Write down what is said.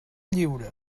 lliure